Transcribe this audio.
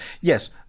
Yes